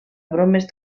bromes